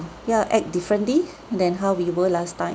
ya act differently than how we were last time